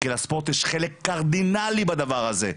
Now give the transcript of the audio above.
כי לספורט יש חלק קרדינלי בדבר הזה,